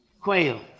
quail